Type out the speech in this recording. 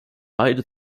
beide